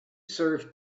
serve